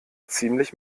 ziemlich